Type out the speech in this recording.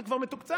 זה כבר מתוקצב.